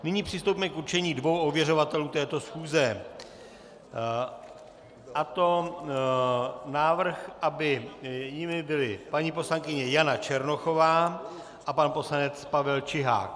Nyní přistoupíme k určení dvou ověřovatelů této schůze návrh, aby jimi byli paní poslankyně Jana Černochová a pan poslanec Pavel Čihák.